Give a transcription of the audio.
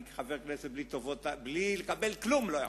אני, כחבר כנסת בלי לקבל כלום לא יכול.